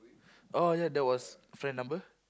oh ya that was friend number